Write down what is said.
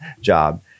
job